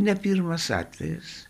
ne pirmas atvejis